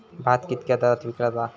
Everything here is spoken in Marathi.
भात कित्क्या दरात विकला जा?